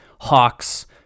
Hawks